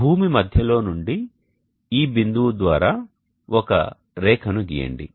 భూమి మధ్యలో నుండి ఈ బిందువు ద్వారా ఒక రేఖను గీయండి